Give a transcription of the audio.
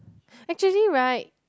actually right